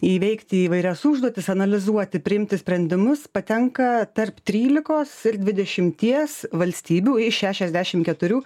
įveikti įvairias užduotis analizuoti priimti sprendimus patenka tarp trylikos dvidešimties valstybių iš šešiasdešim keturių